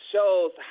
shows